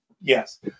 Yes